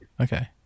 Okay